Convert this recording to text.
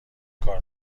کار